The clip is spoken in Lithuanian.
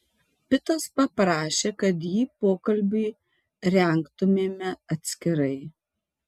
pitas paprašė kad jį pokalbiui rengtumėme atskirai